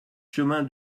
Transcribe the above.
chemin